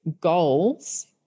goals